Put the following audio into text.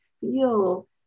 feel